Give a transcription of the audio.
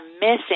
missing